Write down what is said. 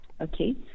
Okay